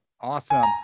Awesome